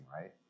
right